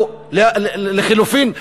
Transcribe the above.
או לחלופין,